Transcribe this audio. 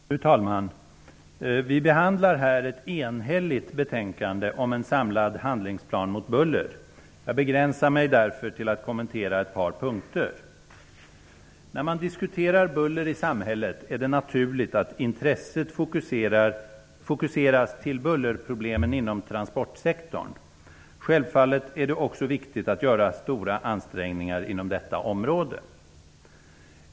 Fru talman! Vi behandlar här ett enhälligt betänkande om en samlad handlingsplan mot buller. Jag begränsar mig därför till att kommentera ett par punkter. När man diskuterar buller i samhället är det naturligt att intresset fokuseras till bullerproblemen inom transportsektorn. Självfallet är det också viktigt att stora ansträngningar görs inom detta område.